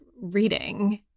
reading